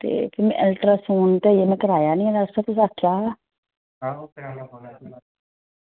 ते अल्ट्रासाऊंड ते तुसें कराया निं छड़ा आक्खेआ हा